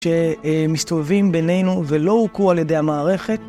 שמסתובבים בינינו ולא הוקעו על ידי המערכת.